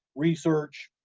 research,